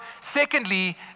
secondly